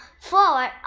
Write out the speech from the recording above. forward